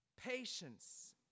patience